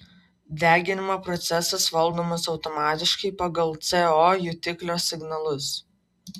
deginimo procesas valdomas automatiškai pagal co jutiklio signalus